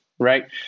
Right